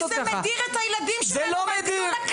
כי זה מדיר את הילדים שלנו מהדיון הכללי.